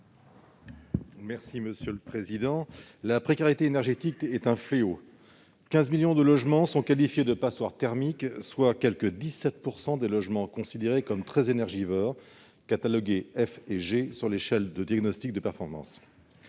chers collègues, la précarité énergétique est un fléau : 15 millions de logements sont qualifiés de passoires thermiques, soit quelque 17 % des logements considérés comme très énergivores, catalogués F et G sur l'échelle de diagnostic de performance